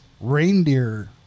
reindeer